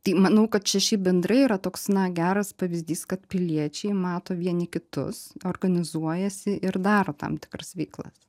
tai manau kad čia šiaip bendrai yra toks na geras pavyzdys kad piliečiai mato vieni kitus organizuojasi ir daro tam tikras veiklas